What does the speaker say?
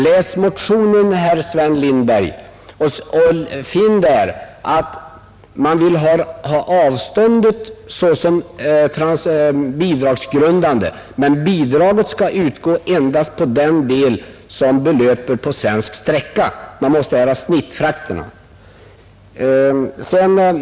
Läs motionen, herr Sven Lindberg, och finn där att man vill ha avståndet såsom bidragsgrundande men att bidraget skall utgå endast på den del som avser svensk sträcka. Man måste här ha snittfrakterna.